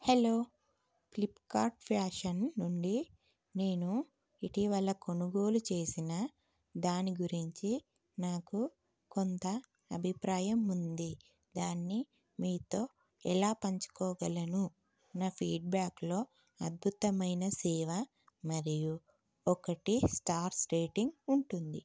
hello Flipkart fashion నుండి నేను ఇటీవల కొనుగోలు చేసిన దాని గురించి నాకు కొంత అభిప్రాయం ఉంది దాన్ని మీతో ఎలా పంచుకోగలను నా ఫీడ్బ్యాక్లో అద్భుతమైన సేవ మరియు ఒకటి స్టార్స్ రేటింగ్ ఉంటుంది